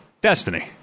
Destiny